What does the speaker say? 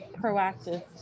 proactive